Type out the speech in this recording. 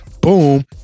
Boom